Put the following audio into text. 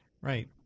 Right